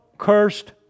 cursed